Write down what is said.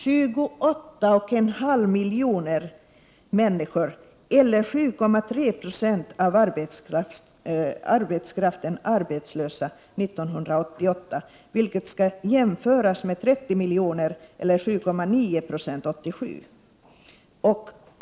— ”28,5 miljoner eller 7,3 procent av arbetskraften arbetslösa 1988, vilket skall jämföras med 30 miljoner eller 7,9 procent 1987.